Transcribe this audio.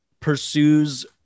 pursues